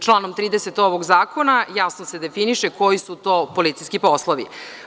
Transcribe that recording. Članom 30. ovog zakona jasno se definiše koji su to policijski poslovi.